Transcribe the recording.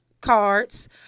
cards